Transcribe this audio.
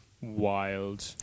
wild